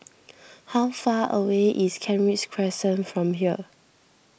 how far away is Kent Ridge Crescent from here